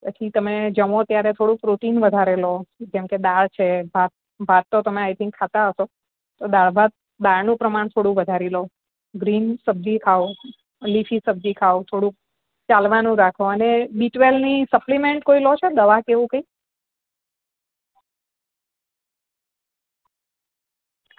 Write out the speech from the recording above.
પછી તમે જમો ત્યારે થોડુંક પ્રોટીન વધારે લો જેમકે દાળ છે ભાત ભાત તો તમે આઈ થિંક ખાતા હશો તો દાળ ભાત દાળનું પ્રમાણ સૌથી વધારી લો ગ્રીન સબ્જી ખાઓ લિફિ સબ્જી ખાઓ થોડુંક ચાલવાનું રાખો અને બી ટ્વેલ્વની સપ્લીમેન્ટ કોઈ લો છો દવા કે એવું કંઈ